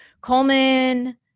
Coleman